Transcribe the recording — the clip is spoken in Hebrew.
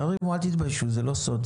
תרימו, אל תתביישו, זה לא סוד.